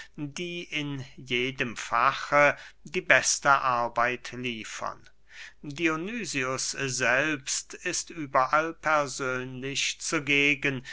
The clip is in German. die in jedem fache die beste arbeit liefern dionysius selbst ist überall persönlich zugegen